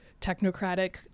technocratic